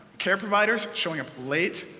care providers showing up late,